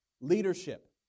leadership